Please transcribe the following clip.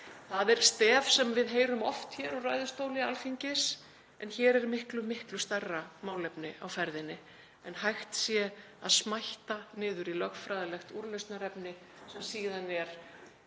Það er stef sem við heyrum oft héðan úr ræðustóli Alþingis en hér er miklu stærra málefni á ferðinni en að hægt sé að smætta það niður í lögfræðilegt úrlausnarefni sem síðan er